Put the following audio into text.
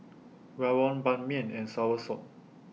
Rawon Ban Mian and Soursop